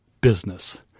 business